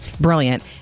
brilliant